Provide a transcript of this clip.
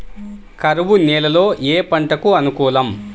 కరువు నేలలో ఏ పంటకు అనుకూలం?